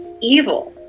evil